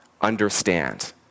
understand